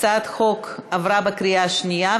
הצעת החוק התקבלה בקריאה שנייה,